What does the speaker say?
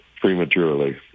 prematurely